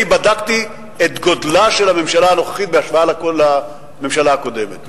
אני בדקתי את גודלה של הממשלה הנוכחית בהשוואה לממשלה הקודמת,